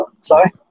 sorry